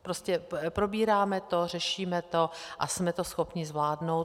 Prostě probíráme to, řešíme to a jsme to schopni zvládnout.